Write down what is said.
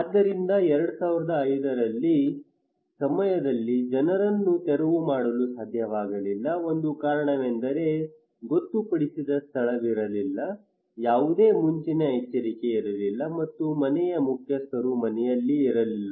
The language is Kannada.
ಆದ್ದರಿಂದ 2005 ರಲ್ಲಿ ಸಮಯದಲ್ಲಿ ಜನರನ್ನು ತೆರವು ಮಾಡಲು ಸಾಧ್ಯವಾಗಲಿಲ್ಲ ಒಂದು ಕಾರಣವೆಂದರೆ ಗೊತ್ತುಪಡಿಸಿದ ಸ್ಥಳವಿರಲಿಲ್ಲ ಯಾವುದೇ ಮುಂಚಿನ ಎಚ್ಚರಿಕೆ ಇರಲಿಲ್ಲ ಮತ್ತು ಮನೆಯ ಮುಖ್ಯಸ್ಥರು ಮನೆಯಲ್ಲಿ ಇರಲಿಲ್ಲ